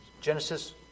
Genesis